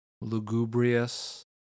lugubrious